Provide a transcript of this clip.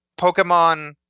pokemon